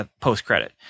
post-credit